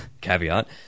caveat